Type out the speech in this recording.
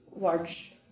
large